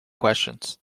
questions